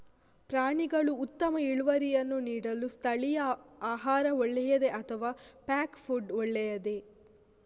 ಪ್ರಾಣಿಗಳು ಉತ್ತಮ ಇಳುವರಿಯನ್ನು ನೀಡಲು ಸ್ಥಳೀಯ ಆಹಾರ ಒಳ್ಳೆಯದೇ ಅಥವಾ ಪ್ಯಾಕ್ ಫುಡ್ ಒಳ್ಳೆಯದೇ?